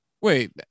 Wait